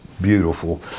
beautiful